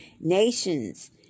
Nations